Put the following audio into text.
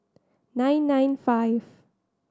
nine nine five